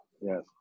Yes